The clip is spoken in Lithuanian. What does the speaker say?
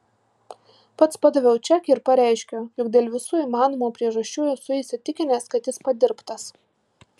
pats padaviau čekį ir pareiškiau jog dėl visų įmanomų priežasčių esu įsitikinęs kad jis padirbtas